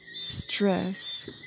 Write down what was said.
stress